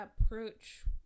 approach